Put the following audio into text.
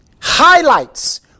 highlights